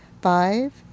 Five